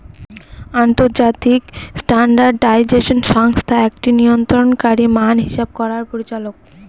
আন্তর্জাতিক স্ট্যান্ডার্ডাইজেশন সংস্থা একটি নিয়ন্ত্রণকারী মান হিসাব করার পরিচালক